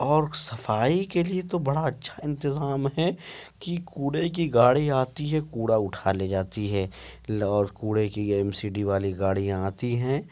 اور صفائی کے لیے تو بڑا اچھا انتظام ہے کہ کوڑے کی گاڑی آتی ہے کوڑا اٹھا لے جاتی ہے اور کوڑے کی ایم سی ڈی والی گاڑیاں آتی ہیں